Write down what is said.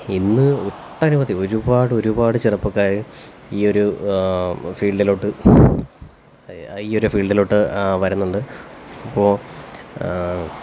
ഇന്ന് ഒട്ടനവധി ഒരുപാട് ഒരുപാട് ചെറുപ്പക്കാര് ഈ ഒരു ഫീല്ഡിലോട്ട് ഈ ഒരു ഫീല്ഡിലോട്ട് വരുന്നുണ്ട് അപ്പോൾ